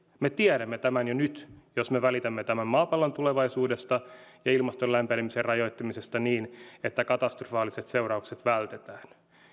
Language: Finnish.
me tiedämme tämän jo nyt jos me välitämme tämän maapallon tulevaisuudesta ja ilmaston lämpenemisen rajoittamisesta niin että katastrofaaliset seuraukset vältetään